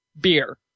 Beer